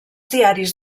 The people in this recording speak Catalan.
diaris